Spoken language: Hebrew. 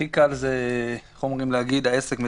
הכי קל זה להגיד שהעסק מתפקד,